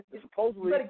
Supposedly